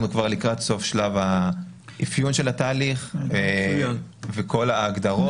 אנחנו כבר לקראת סוף שלב האפיון של התהליך וכל ההגדרות.